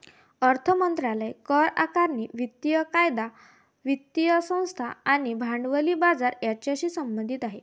अर्थ मंत्रालय करआकारणी, वित्तीय कायदा, वित्तीय संस्था आणि भांडवली बाजार यांच्याशी संबंधित आहे